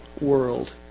world